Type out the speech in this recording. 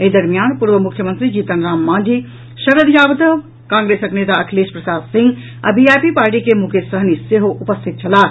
एहि दरमियान पूर्व मुख्यमंत्री जीतन राम मांझी शरद यादव कांग्रेसक नेता अखिलेश प्रसाद सिंह आ वीआईपी पार्टी के मुकेश सहनी सेहो उपस्थित छलाह